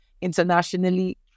internationally